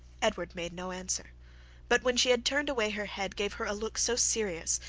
edward made no answer but when she had turned away her head, gave her a look so serious,